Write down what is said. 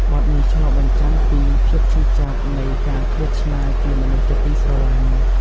បទនេះឆ្លុះបញ្ចាំងពីភាពឈឺចាប់នៃការឃ្លាតឆ្ងាយពីមនុស្សជាទីស្រឡាញ់។